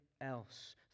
else